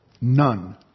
None